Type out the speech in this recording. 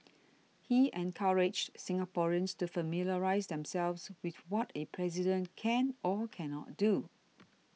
he encouraged Singaporeans to familiarise themselves with what a President can or can not do